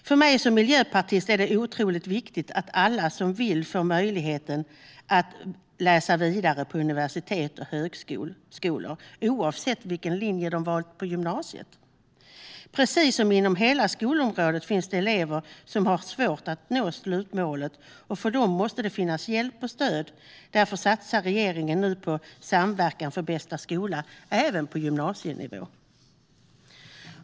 För mig som miljöpartist är det otroligt viktigt att alla som vill får möjligheten att läsa vidare på universitet och högskolor, oavsett vilken linje de valt på gymnasiet. Precis som inom hela skolområdet finns det elever som har svårt att nå slutmålet, och för dem måste det finnas hjälp och stöd. Därför satsar regeringen nu på samverkan för bästa skola även på gymnasienivå.